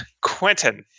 Quentin